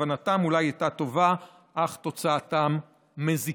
כוונתם אולי הייתה טובה אך תוצאתם מזיקה.